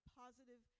positive